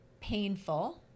painful